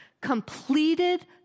completed